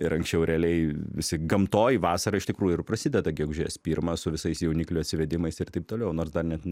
ir anksčiau realiai visi gamtoj vasarą iš tikrųjų ir prasideda gegužės pirmą su visais jauniklių atsivedimais ir taip toliau nors dar net